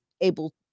able